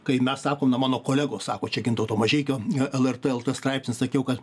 kai mes sakom na mano kolegos sako čia gintauto mažeikio lrt lt straipsnis sakiau kad